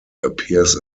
appears